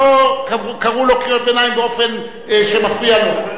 קראו לו קריאות ביניים באופן שמפריע לו.